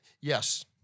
Yes